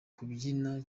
kubyina